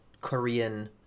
Korean